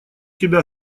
тебя